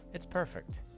it's perfect.